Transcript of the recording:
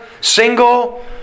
single